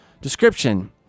description